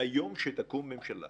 ביום שתקום ממשלה